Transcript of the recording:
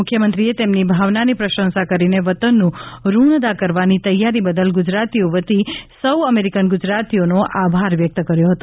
મુખ્યમંત્રીએ તેમની ભાવનાની પ્રશંસા કરીને વતનનું ઋણ અદા કરવાની તૈયારી બદલ ગુજરાતીઓ વતી સૌ અમેરિકન ગુજરાતીઓનો આભાર વ્યક્ત કર્યો હતો